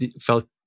felt